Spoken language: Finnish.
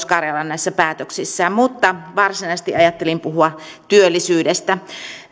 karjalan näissä päätöksissään mutta varsinaisesti ajattelin puhua työllisyydestä